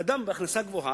זה צעד עקום בהשוואה לצורך.